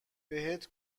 بهت